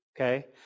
okay